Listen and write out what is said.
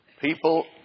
People